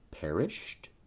perished